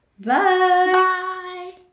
Bye